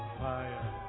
fire